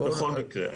בכל מקרה.